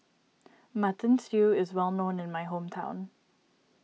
Mutton Stew is well known in my hometown